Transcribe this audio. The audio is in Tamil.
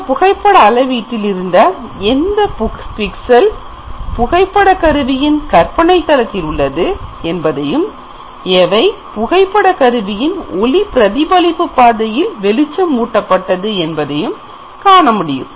இந்த புகைப்பட அளவீட்டில் இருந்து எந்த பிக்சல் புகைப்படக் கருவியின் கற்பனைத் தளத்தில் உள்ளது என்பதையும் எவை புகைப்படக் கருவியின் ஒளி பிரதிபலிப்பு பாதையில் வெளிச்சம் ஊட்டப்பட்டது என்பதையும் காண முடியும்